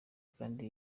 kandi